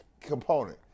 component